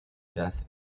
death